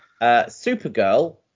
Supergirl